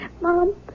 Mom